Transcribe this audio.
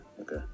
Okay